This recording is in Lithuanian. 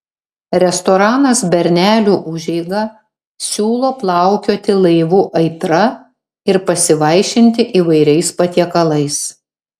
restoranas bernelių užeiga siūlo plaukioti laivu aitra ir pasivaišinti įvairiais patiekalais